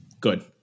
good